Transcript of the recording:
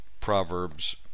Proverbs